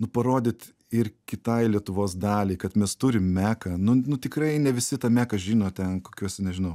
nu parodyt ir kitai lietuvos daliai kad mes turim meką nu nu tikrai ne visi tą meką žino ten kokiuose nežinau